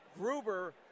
Gruber